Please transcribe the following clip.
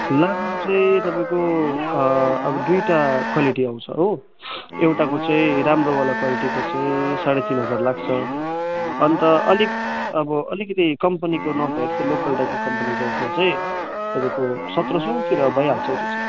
दाम चाहिँ तपाईँको अब दुईवटा क्वालिटी आउँछ हो एउटाको चाहिँ राम्रो वाला क्वालिटीको चाहिँ साढे तिन हजार लाग्छ अन्त अलिक अब अलिकति कम्पनीको नभएर चाहिँ लोकल टाइपको कम्पनीकोमा चाहिँ तपाईँको सत्र सौतिर भइहाल्छ हो त्यो चाहिँ